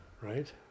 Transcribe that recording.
right